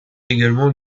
également